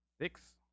Six